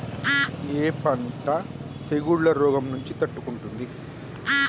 ఏ పంట తెగుళ్ల రోగం నుంచి తట్టుకుంటుంది?